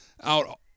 out